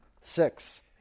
six